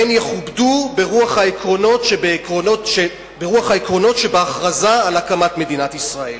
והן יכובדו ברוח העקרונות שבהכרזה על הקמת מדינת ישראל.